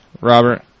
Robert